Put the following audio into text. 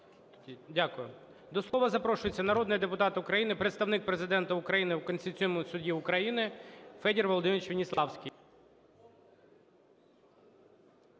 Дякую. До слова запрошується народний депутат України, Представник Президента України у Конституційному Суді України Федір Володимирович Веніславський.